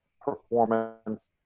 performance